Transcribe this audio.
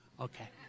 Okay